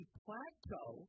plateau